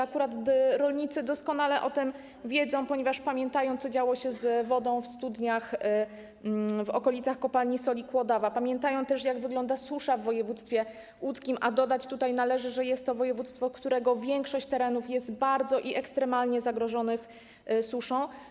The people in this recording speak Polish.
Akurat rolnicy doskonale o tym wiedzą, ponieważ pamiętają, co działo się z wodą w studniach w okolicach Kopalni Soli Kłodawa, pamiętają też, jak wygląda susza w województwie łódzkim, a dodać należy, że jest to województwo, którego większość terenów jest bardzo, ekstremalnie zagrożonych suszą.